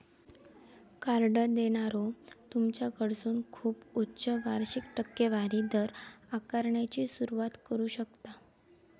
card देणारो तुमच्याकडसून खूप उच्च वार्षिक टक्केवारी दर आकारण्याची सुरुवात करू शकता